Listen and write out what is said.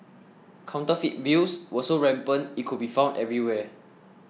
counterfeit bills were so rampant it could be found everywhere